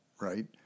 Right